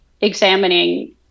examining